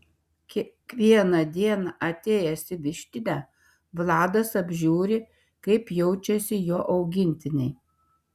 kiekvieną dieną atėjęs į vištidę vladas apžiūri kaip jaučiasi jo augintiniai